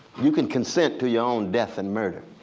you can consent to your own death and murder.